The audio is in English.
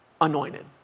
anointed